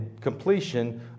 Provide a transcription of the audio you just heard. completion